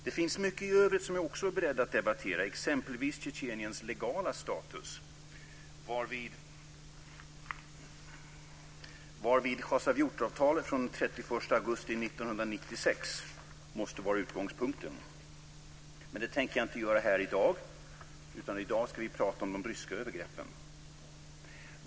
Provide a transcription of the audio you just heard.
Det finns mycket i övrigt som jag också är beredd att debattera, exempelvis Tjetjeniens legala status, varvid Khasav-Jurtavtalet från den 31 augusti 1996 måste vara utgångspunkten. Men det tänker jag inte göra här i dag, utan i dag ska vi prata om de ryska övergreppen.